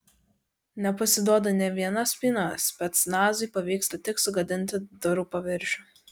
nepasiduoda nė viena spyna specnazui pavyksta tik sugadinti durų paviršių